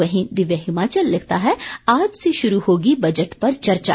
वहीं दिव्य हिमाचल लिखता है आज से शुरू होगी बजट पर चर्चा